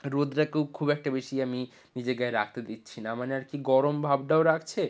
রোদডাকেও খুব একটা বেশি আমি নিজের গায়ে রাখতে দিচ্ছি না মানে আর কি গরম ভাবটাও রাখছে